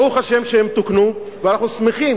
ברוך השם שהם תוקנו, ואנחנו שמחים